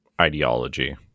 ideology